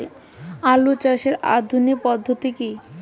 আলু চাষের আধুনিক পদ্ধতি কি?